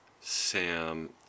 Sam